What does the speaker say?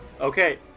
Okay